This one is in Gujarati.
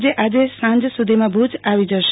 જે આજે સાંજ સધોમાં ભુજ આવી જશે